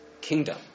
kingdom